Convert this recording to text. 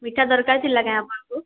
ମିଠା ଦରକାର ଥିଲା କାଏଁ ଆପଣଙ୍କୁ